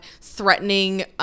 threatening